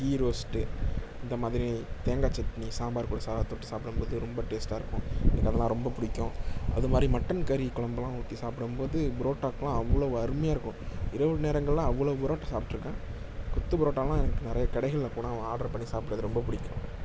key roast இந்தமாதிரி தேங்காய் சட்னி சாம்பார் கூட சாதா தொட்டு சாப்பிடும்போது ரொம்ப டேஸ்டாக இருக்கும் எனக்கு அதலாம் ரொம்ப பிடிக்கும் அதுமாதிரி மட்டன் கறிக்குழம்புலாம் ஊற்றி சாப்பிடம்போது பரோட்டாக்குலாம் அவ்வளோ அருமையாக இருக்கும் இரவு நேரங்களில் அவ்வளோ பரோட்டா சாப்பிட்ருக்கேன் கொத்து பரோட்டாலாம் எனக்கு நிறைய கடைகளில் போனால் ஆட்ரு பண்ணி சாப்பிட்றது ரொம்ப பிடிக்கும்